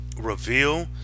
reveal